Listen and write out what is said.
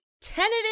tentative